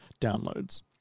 downloads